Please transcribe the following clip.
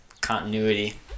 continuity